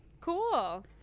cool